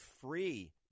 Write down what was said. free